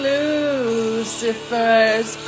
Lucifer's